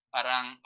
Parang